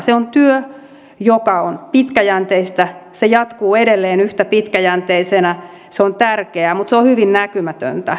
se on työtä joka on pitkäjänteistä se jatkuu edelleen yhtä pitkäjänteisenä se on tärkeää mutta se on hyvin näkymätöntä